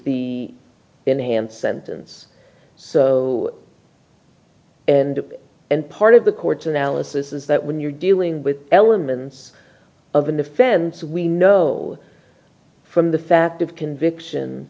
the enhanced sentence so and and part of the court's analysis is that when you're dealing with elements of an offense we know from the fact of conviction